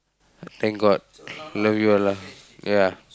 I thank god love you Allah ya